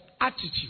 attitude